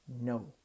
no